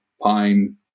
pine